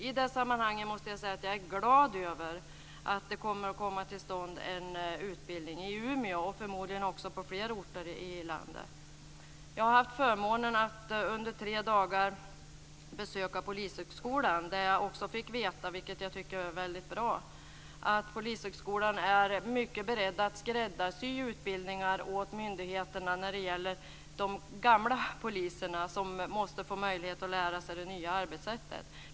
I det sammanhanget måste jag säga att jag är glad över att det kommer att komma till stånd en utbildning i Umeå och förmodligen även på flera orter i landet. Jag har haft förmånen att under tre dagar besöka Polishögskolan där jag fick veta, vilket jag tycker är väldigt bra, att Polishögskolan är beredd att skräddarsy utbildningar åt myndigheterna när det gäller de gamla poliserna som måste få möjlighet att lära sig det nya arbetssättet.